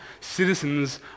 citizens